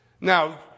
Now